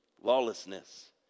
lawlessness